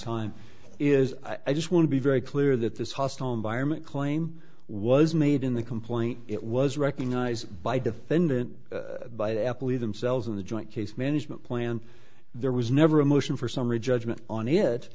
time is i just want to be very clear that this hostile environment claim was made in the complaint it was recognized by defendant by apple even cells in the joint case management plan there was never a motion for summary judgment on it